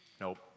Nope